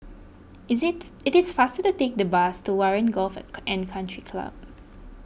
is it it is faster to take the bus to Warren Golf and Country Club